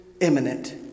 imminent